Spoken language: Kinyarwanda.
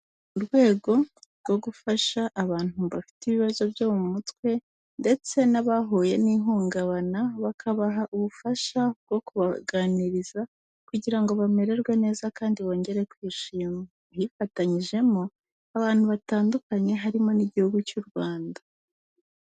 Mu rwego rwo gufasha abantu bafite ibibazo byo mu mutwe ndetse n'abahuye n'ihungabana bakabaha ubufasha bwo kubaganiriza kugira ngo bamererwe neza kandi bongere kwihima, bifatanyijemo, abantu batandukanye harimo n'Igihugu cy'u Rwanda.